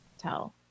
tell